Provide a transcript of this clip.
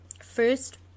first